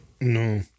No